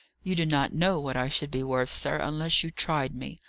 you do not know what i should be worth, sir, unless you tried me.